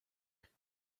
there